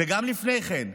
וגם לפני כן,